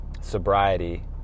sobriety